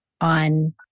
on